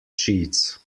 sheets